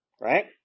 Right